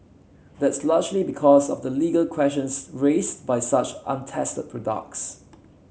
that's largely because of the legal questions raised by such untested products